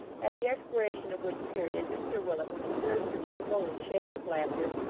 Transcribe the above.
at the expiration of which period mr willet was observed to rumble and shake with laughter,